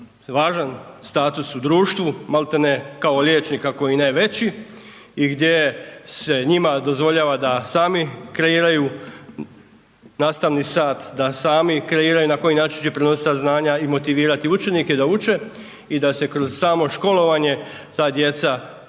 važan status u društvu maltene kao liječnik ako ne i veći i gdje se njima dozvoljava da sami kreiraju nastavni sat, da sami kreiraju na koji način će prenositi ta znanja i motivirati učenike da uče i da se kroz samo školovanje ta djeca